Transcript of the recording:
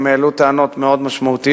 הם העלו טענות מאוד משמעותיות.